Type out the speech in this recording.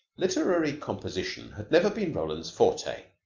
literary composition had never been roland's forte.